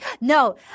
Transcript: No